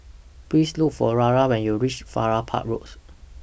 Please Look For Ragna when YOU REACH Farrer Park Roads